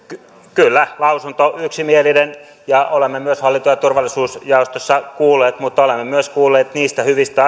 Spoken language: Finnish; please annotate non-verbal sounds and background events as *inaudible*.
kyllä lausunto on yksimielinen ja olemme myös hallinto ja turvallisuusjaostossa kuulleet mutta olemme myös kuulleet niistä hyvistä *unintelligible*